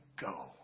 go